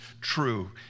true